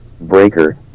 Breaker